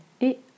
et «